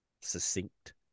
succinct